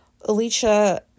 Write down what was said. Alicia